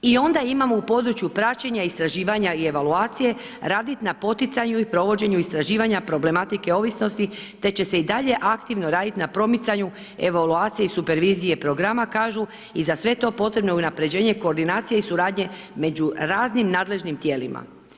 I onda imamo u području praćenja, istraživanja i evaluacije, raditi na poticaju i provođenju istraživanja problematike ovisnosti, te će se i dalje aktivno raditi na promicanju evaluacije i supervizije programa kažu i za sve to je potrebno unapređenje koordinacija i suradnje među raznim nadležnim tijelima.